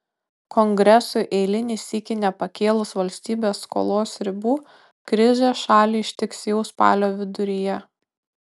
kongresui eilinį sykį nepakėlus valstybės skolos ribų krizė šalį ištiks jau spalio viduryje